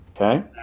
Okay